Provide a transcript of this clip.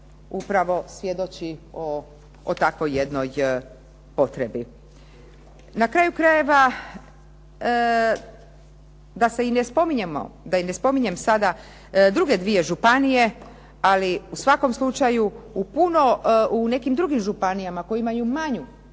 upravo svjedoči o takvoj jednoj potrebi. Na kraju krajeva da i ne spominjem sada druge dvije županije, ali u svakom slučaju u nekim drugim županijama koji imaju manju